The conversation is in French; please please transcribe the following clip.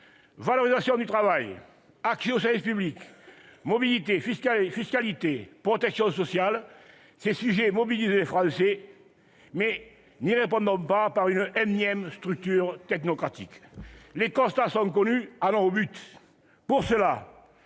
valorisation du travail, accès aux services publics, mobilités, fiscalité, protection sociale ... Ces sujets mobilisent les Français, mais n'y répondons pas par une énième structure technocratique. Les constats sont connus : allons au but